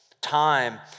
time